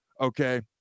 okay